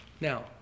Now